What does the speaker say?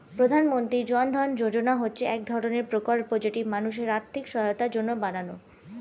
প্রধানমন্ত্রী জন ধন যোজনা হচ্ছে এক ধরণের প্রকল্প যেটি মানুষের আর্থিক সহায়তার জন্য বানানো